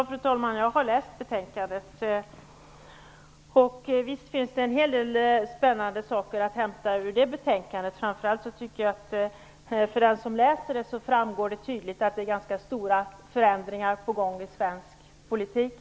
Fru talman! Jag har läst betänkandet. Visst finns det en hel del spännande saker att hämta ur det betänkandet. Framför allt tycker jag att det framgår tydligt för den som läser detta att det är ganska stora förändringar på gång i svensk politik.